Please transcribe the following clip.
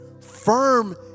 firm